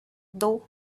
though